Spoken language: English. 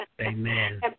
Amen